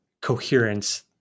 coherence